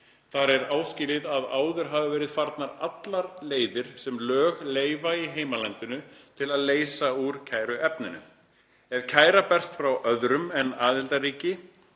Þar er áskilið að áður hafi verið farnar allar leiðir sem lög leyfa í heimalandinu til að leysa úr kæruefninu. Ef kæra berst frá öðrum en aðildarríki